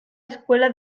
escuela